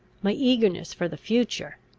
my eagerness for the future,